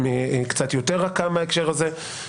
שהיא רכה יותר,